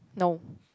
no